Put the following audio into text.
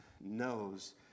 knows